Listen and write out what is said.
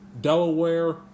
Delaware